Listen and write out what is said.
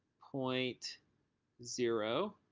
point zero,